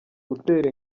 gutera